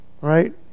Right